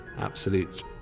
Absolute